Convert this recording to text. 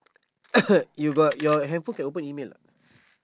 you got your handphone can open email or not